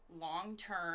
long-term